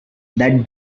that